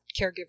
caregiver